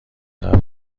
قبل